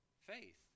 faith